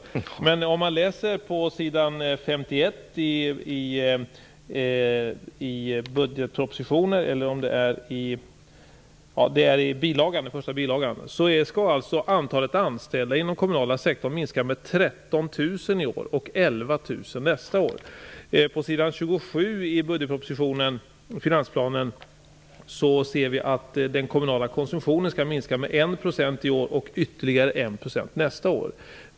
På sidan 51 i budgetpropositionens första bilaga står det att antalet anställda inom den kommunala sektorn skall minska med 13 000 i år och med 11 000 nästa år. På sidan 27 i finansplanen kan vi utläsa att den kommunala konsumtionen skall minska med 1 % i år och med ytterligare 1 % nästa år.